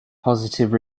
positive